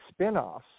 spinoffs